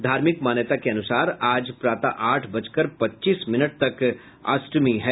धार्मिक मान्यता के अनुसार आज प्रातः आठ बजकर पच्चीस मिनट तक अष्टमी है